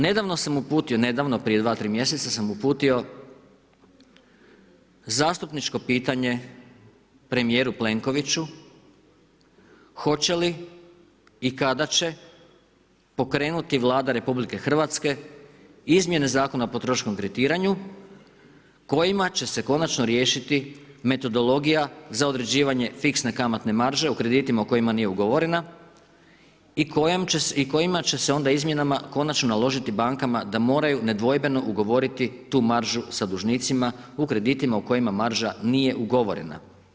Nedavno sam uputio, nedavno, prije 2-3 mjeseca sam uputio zastupničko pitanje premijeru Plenkoviću hoće li i kada će pokrenuti Vlada RH izmjene Zakona o potrošačkom kreditiranju kojima će se konačno riješiti metodologija za određivanje fiksne kamatne marže u kreditima u kojima nije ugovorena i kojima će se onda izmjenama konačno naložiti bankama da moraju nedvojbeno ugovoriti tu maržu sa dužnicima u kreditima u kojima marža nije ugovorena.